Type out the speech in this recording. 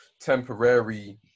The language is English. temporary